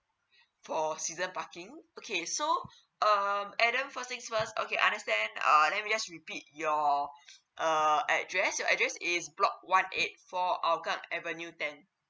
for season parking okay so um adam first things first okay understand uh let me just repeat your err address your address is block one eight four hougang avenue and